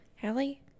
Hallie